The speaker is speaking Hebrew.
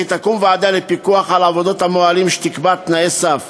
וכי תקום ועדה לפיקוח על עבודות המוהלים שתקבע תנאי סף,